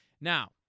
Now